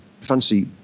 fancy